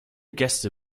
gäste